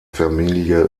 familie